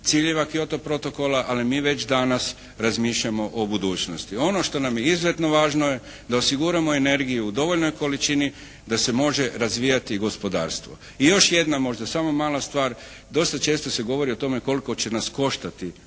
ciljeva Kyoto protokola, ali mi već danas razmišljamo o budućnosti. Ono što nam je izuzetno važno je da osiguramo energiju u dovoljnoj količini da se može razvijati i gospodarstvo. I još jedna možda samo mala stvar. Dosta često se govori o tome koliko će nas koštati približavanje